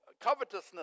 covetousness